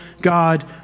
God